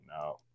no